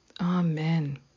Amen